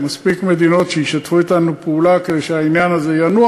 מספיק מדינות שישתפו אתנו פעולה כדי שהעניין הזה ינוע.